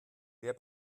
wer